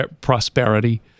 prosperity